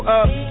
up